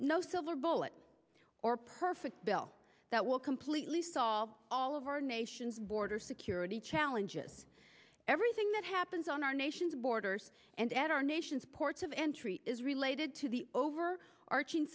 no silver bullet or perfect bill that will completely solve all of our nation's border security challenges everything that happens on our nation's borders and at our nation's ports of entry is related to the over arching